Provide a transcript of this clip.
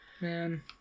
Man